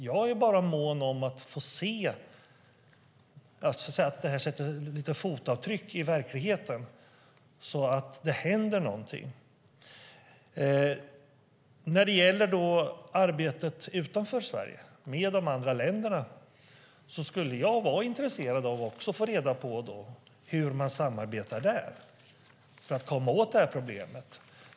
Jag är bara mån om att få se lite fotavtryck i verkligheten, få se att det händer någonting. Jag skulle också vara intresserad av att få reda på hur man samarbetar med länder utanför Sverige för att komma åt problemet.